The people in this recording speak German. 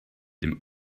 dem